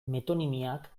metonimiak